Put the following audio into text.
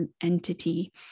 entity